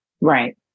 Right